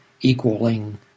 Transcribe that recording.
equaling